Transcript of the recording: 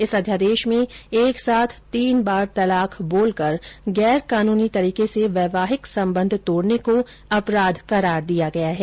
इस अध्यादेश में एक साथ तीन बार तलाक बोलकर गैर कानूनी तरीके से वैवाहिक संबंध तोड़ने को अपराध करार दिया गया है